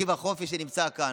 עקיבא חופי, שנמצא כאן.